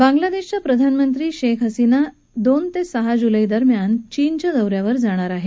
बांग्लादेशच्या प्रधानमंत्री शेख हसीना दोन ते सहा जूलै दरम्यान चीन दौ यावर जाणार आहेत